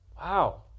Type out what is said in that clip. wow